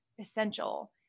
essential